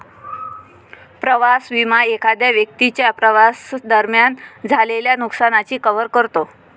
प्रवास विमा एखाद्या व्यक्तीच्या प्रवासादरम्यान झालेल्या नुकसानाची कव्हर करतो